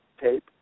tape